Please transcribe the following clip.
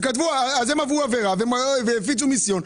הם עברו עבירה והפיצו מיסיון.